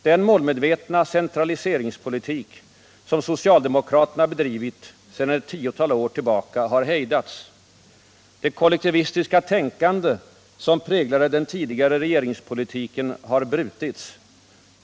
Den målmedvetna centraliseringspolitik som socialdemokraterna bedrivit sedan ett tiotal år tillbaka har hejdats. Det kollektivistiska tänkande som präglade den tidigare regeringspolitiken har brutits.